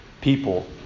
people